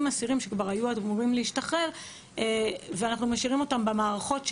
אסירים שכבר היו אמורים להשתחרר במערכות שלנו.